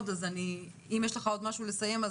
אז אם יש לך משהו לסיים.